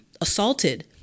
assaulted